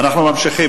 אנחנו ממשיכים.